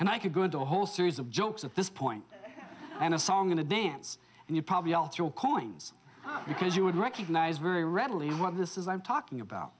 and i could go into a whole series of jokes at this point and a song in advance and you probably alter your coins because you would recognize very readily what this is i'm talking about